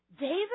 David